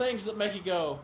things that make you go